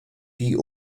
die